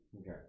Okay